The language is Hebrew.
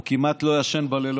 הוא כמעט לא ישן בלילות.